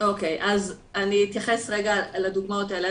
אני אתייחס לדוגמאות האלה,